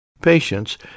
Patience